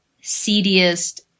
seediest